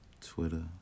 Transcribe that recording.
Twitter